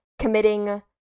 committing